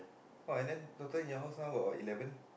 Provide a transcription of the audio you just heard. oh and then total in your house now got what eleven